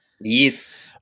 yes